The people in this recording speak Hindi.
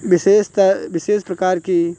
विशेषतः विशेष प्रकार की